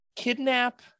Kidnap